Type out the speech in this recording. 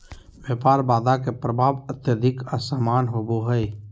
व्यापार बाधा के प्रभाव अत्यधिक असमान होबो हइ